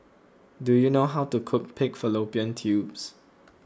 do you know how to cook Pig Fallopian Tubes